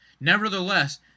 nevertheless